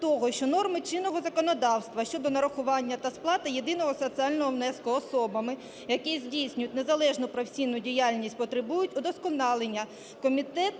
того, що норми чинного законодавства щодо нарахування та сплати єдиного соціального внеску особами, які здійснюють незалежну професійну діяльність, потребують удосконалення, комітет